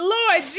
Lord